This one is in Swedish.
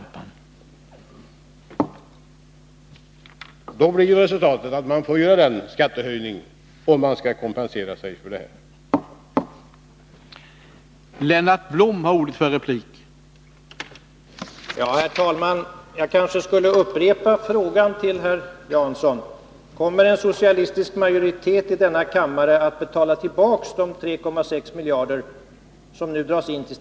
Vill man inte dra ned det stödet blir resultatet att man måste höja skatten — om man skall kompensera sig för den nu föreslagna indragningen av kommunala skattemedel.